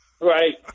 right